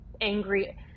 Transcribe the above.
angry